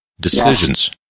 decisions